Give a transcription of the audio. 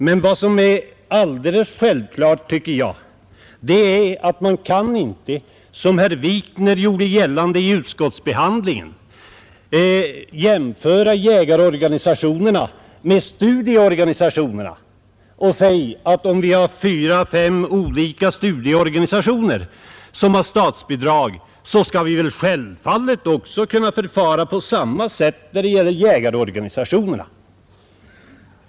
Däremot är det alldeles självklart, tycker jag, att man inte, som herr Wikner gjorde gällande vid utskottsbehandlingen, kan jämställa jägarorganisationerna med studieorganisationerna och säga att om det lämnas statsbidrag till fyra å fem studieorganisationer så skall vi kunna förfara på samma sätt när det gäller jägarorganisationerna.